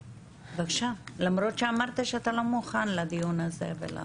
בבקשה, למרות שאמרת שאתה לא מוכן לדיון הזה.